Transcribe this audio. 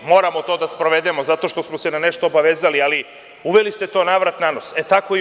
Moramo to da sprovedemo zato što smo se na nešto obavezali, ali uveli ste to navrat-nanos, e tako i ovo.